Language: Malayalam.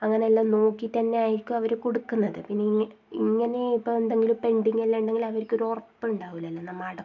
അങ്ങനെയെല്ലാം നോക്കിയിട്ട് തന്നെയായിരിക്കും അവർ കൊടുക്കുന്നത് പിന്നെ ഇങ്ങനെ ഇപ്പോൾ എന്തെങ്കിലും പെൻഡിങെല്ലാം ഉണ്ടെങ്കിൽ അവർക്കൊരു ഉറപ്പുണ്ടാവില്ലല്ലോ നമ്മൾ